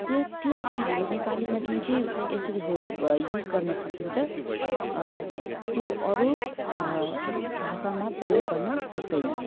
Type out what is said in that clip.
त्यो त्यो चाहिँ हाम्रो नेपालीमा जुन चाहिँ यसरी युज गर्न सकिन्छ त्यो अरू भाषामा पर्योग गर्न सक्दैनौँ